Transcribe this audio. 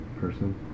person